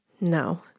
No